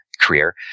career